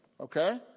Okay